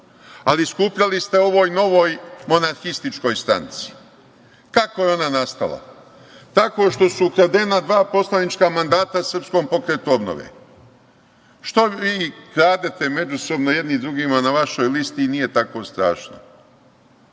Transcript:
ali skupljali ste ovoj novoj monarhističkoj stranci. Kako je ona nastala? Tako što su ukradena dva poslanička mandata Srpskom pokretu obnove. Šta vi kradete međusobno jedni drugima na vašoj listi i nije tako strašno,